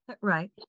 Right